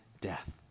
death